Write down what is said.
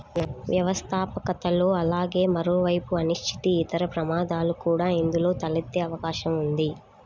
వ్యవస్థాపకతలో అలాగే మరోవైపు అనిశ్చితి, ఇతర ప్రమాదాలు కూడా ఇందులో తలెత్తే అవకాశం ఉంది